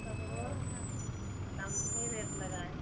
सगरो कम ही रेट लगाएँ